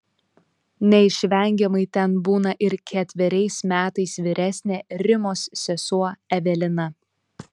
neišvengiamai ten būna ir ketveriais metais vyresnė rimos sesuo evelina